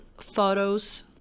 photos